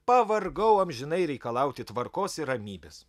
pavargau amžinai reikalauti tvarkos ir ramybės